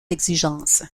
exigence